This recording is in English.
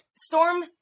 storm